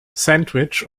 sandwich